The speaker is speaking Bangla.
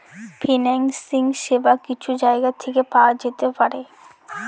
ফিন্যান্সিং সেবা কিছু জায়গা থেকে পাওয়া যেতে পারে